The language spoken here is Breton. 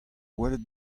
welet